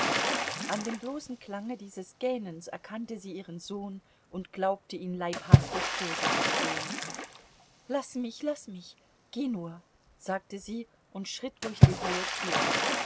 an dem bloßen klange dieses gähnens erkannte sie ihren sohn und glaubte ihn leibhaftig vor sich zu sehen laß mich laß mich geh nur sagte sie und schritt durch die hohe tür